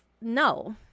no